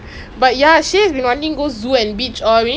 zoo ah என் வீட்டுக்கு வா:en veetuku va